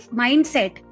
mindset